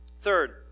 Third